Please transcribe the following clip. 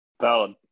Valid